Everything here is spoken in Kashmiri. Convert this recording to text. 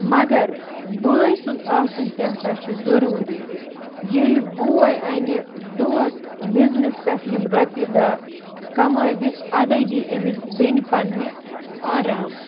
مگر بٲے سُنٛد آسُن تہِ ہَسا چھِ ضٔروٗری ییٚلہِ بوے اَنہِ دۄہَس بِزنِس پٮ۪ٹھ یِم رۄپیہِ دَہ کَمٲوِتھ اَدَے دیہِ أمِس بیٚنہِ پنٛنہِ آرام